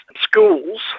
schools